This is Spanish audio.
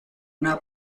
una